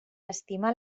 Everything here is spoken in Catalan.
estimar